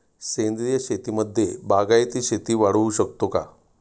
सेंद्रिय शेतीमध्ये बागायती शेती वाढवू शकतो का?